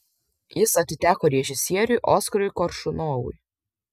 jis atiteko režisieriui oskarui koršunovui